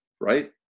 right